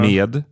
Med